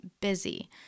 busy